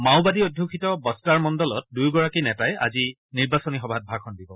মাওবাদী অধ্যুষিত বাস্তাৰ মণ্ডলত দুয়োগৰাকী নেতাই আজি নিৰ্বাচনী সভাত ভাষণ দিব